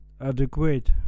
adequate